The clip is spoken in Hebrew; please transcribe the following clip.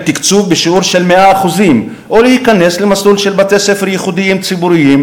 תקצוב בשיעור של 100% ולהיכנס למסלול של בתי-ספר ייחודיים ציבוריים,